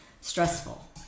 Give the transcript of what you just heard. stressful